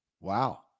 wow